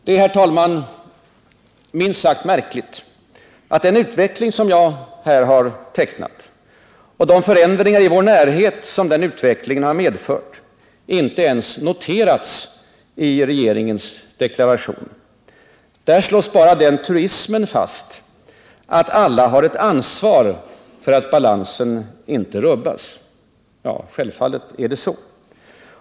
Det är, herr talman, minst sagt märkligt att den utveckling jag här tecknat och de förändringar i vår närhet som den medfört inte ens noterats i regeringens deklaration. Där slås bara den truismen fast, att alla har ett ”ansvar” för att balansen inte rubbas. Självfallet är det så.